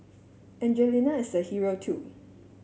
Angelina is a hero too